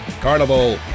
Carnival